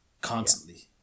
Constantly